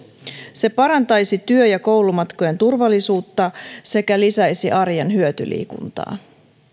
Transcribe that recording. se parantaisi työ ja koulumatkojen turvallisuutta sekä lisäisi arjen hyötyliikuntaa